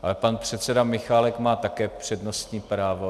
A pan předseda Michálek má také přednostní právo.